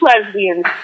lesbians